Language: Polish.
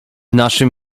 naszym